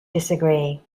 disagree